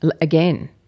again